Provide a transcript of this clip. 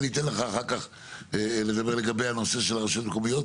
ואני אתן לך אחר כך לדבר על הנושא של הרשויות המקומיות,